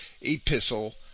epistle